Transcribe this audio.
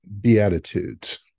Beatitudes